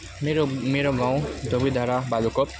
मेरो मेरो गाउँ धोबी धारा भालुखोप